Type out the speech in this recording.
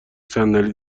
صندلی